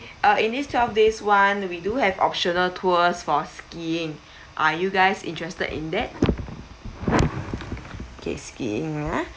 ah in this twelve days one we do have optional tours for skiing are you guys interested in that okay skiing ah